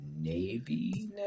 Navy